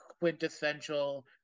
quintessential